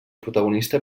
protagonista